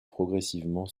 progressivement